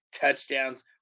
touchdowns